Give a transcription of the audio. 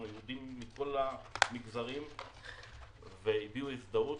יהודים מכל המגזרים שהביעו הזדהות,